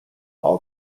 all